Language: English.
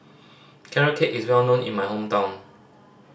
Carrot Cake is well known in my hometown